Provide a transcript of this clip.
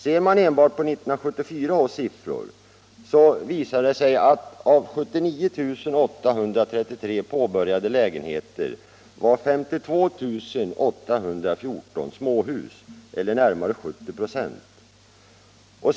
Ser man enbart på 1974 års siffror, visar det sig att av 79 833 påbörjade lägenheter var 52 814 småhus, eller närmare 70 96.